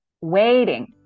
waiting